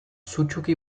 sutsuki